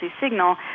signal